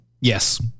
Yes